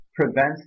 prevents